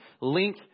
link